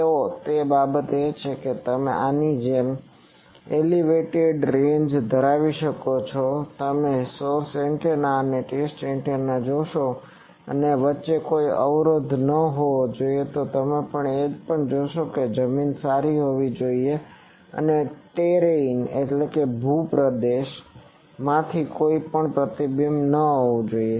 તો એક બાબત એ છે કે તમે આની જેમ એલિવેટેડ રેન્જ ધરાવી શકો છો તમે સોર્સ એન્ટેના અને ટેસ્ટ એન્ટેના જોશો અને વચ્ચે કોઈ અવરોધ ન હોવો જોઈએ અને તમે પણ જોશો કે જમીન સારી હોવી જોઈએ અને ટેરેઈન ભૂપ્રદેશterrain માંથી કોઈ પણ પ્રતિબિંબ ન હોવું જોઈએ